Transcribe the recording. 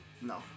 No